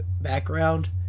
background